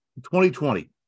2020